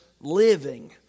living